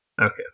Okay